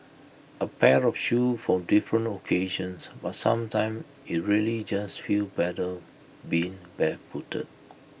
A pair of shoes for different occasions but sometimes IT really just feels better being barefooted